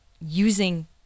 using